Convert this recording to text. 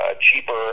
cheaper